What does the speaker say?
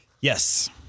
Yes